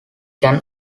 can